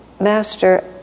Master